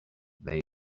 they